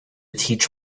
teach